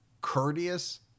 courteous